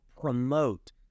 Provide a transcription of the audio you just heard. promote